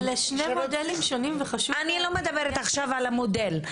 אלה שני מודלים שונים וחשוב ל- אני לא מדברת עכשיו על המודל,